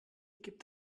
gibt